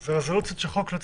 כמבחן.